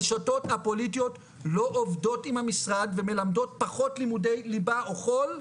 הרשתות הפוליטיות לא עובדות עם המשרד ומלמדות פחות לימודי ליבה או חול,